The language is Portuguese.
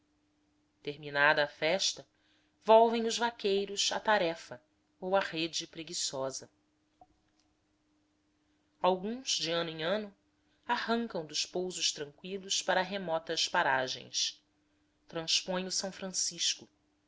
terminada a festa volvem os vaqueiros à tarefa rude ou à rede preguiçosa alguns de ano em ano arrancam dos pousos tranqüilos para remotas paragens transpõem o s francisco